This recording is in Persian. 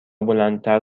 بلندتر